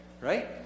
Right